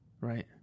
Right